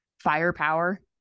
firepower